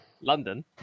London